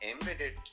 embedded